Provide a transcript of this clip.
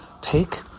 take